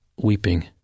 weeping